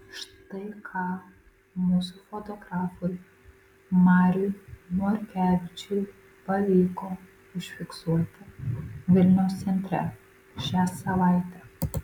štai ką mūsų fotografui mariui morkevičiui pavyko užfiksuoti vilniaus centre šią savaitę